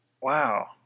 wow